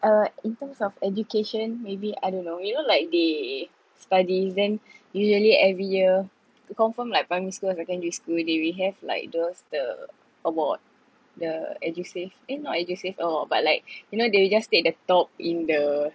uh in terms of education maybe I don't know you know like they studies then usually every year to confirm like primary school or secondary school they will have like those the award the edusave eh not edusave uh but like you know they just state the top in the